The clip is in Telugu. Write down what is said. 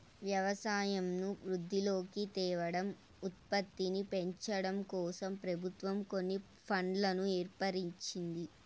వ్యవసాయంను వృద్ధిలోకి తేవడం, ఉత్పత్తిని పెంచడంకోసం ప్రభుత్వం కొన్ని ఫండ్లను ఏర్పరిచింది